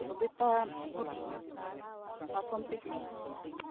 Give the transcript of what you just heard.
ᱥᱩᱵᱤᱛᱟ ᱢᱩᱨᱢᱩ ᱵᱟᱥᱚᱱᱛᱤ ᱠᱤᱥᱠᱩ